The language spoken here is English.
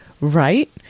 Right